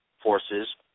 forces